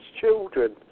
children